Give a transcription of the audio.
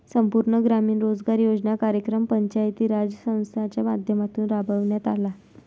संपूर्ण ग्रामीण रोजगार योजना कार्यक्रम पंचायती राज संस्थांच्या माध्यमातून राबविण्यात आला